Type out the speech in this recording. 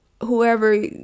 whoever